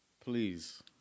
please